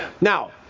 now